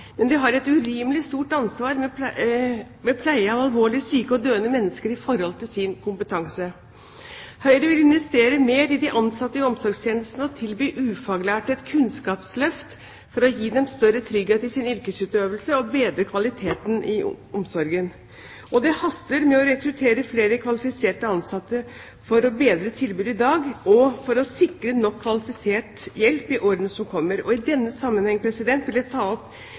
Men de har et urimelig stort ansvar med pleie av alvorlig syke og døende mennesker i forhold til sin kompetanse. Høyre vil investere mer i de ansatte i omsorgstjenestene og tilby ufaglærte et kunnskapsløft for å gi dem større trygghet i sin yrkesutøvelse og bedre kvaliteten i omsorgen. Og det haster med å rekruttere flere kvalifiserte ansatte for å bedre tilbudet i dag, og for å sikre nok kvalifisert hjelp i årene som kommer. I denne sammenheng vil jeg ta opp